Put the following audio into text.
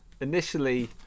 Initially